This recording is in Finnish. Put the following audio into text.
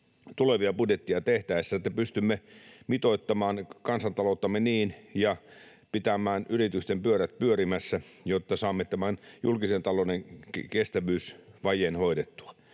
tulevia budjetteja tehtäessä, että pystymme mitoittamaan kansantalouttamme niin ja pitämään yritysten pyörät pyörimässä niin, että saamme tämän julkisen talouden kestävyysvajeen hoidettua.